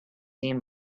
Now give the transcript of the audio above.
been